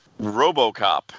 RoboCop